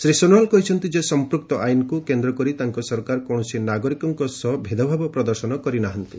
ଶ୍ରୀ ସୋନୱାଲ କହିଛନ୍ତି ଯେ ସଂପୃକ୍ତ ଆଇନ୍କୁ କେନ୍ଦ୍ର କରି ତାଙ୍କ ସରକାର କୌଣସି ନାଗରିକଙ୍କ ସହ ଭେଦଭାବ ପ୍ରଦର୍ଶନ କରି ନାହାନ୍ତି